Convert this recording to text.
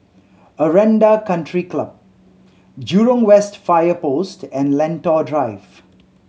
Aranda Country Club Jurong West Fire Post and Lentor Drive